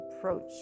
approach